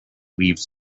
leaves